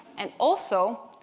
and also,